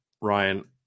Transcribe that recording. Ryan